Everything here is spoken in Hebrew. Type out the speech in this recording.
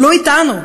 לא אתנו.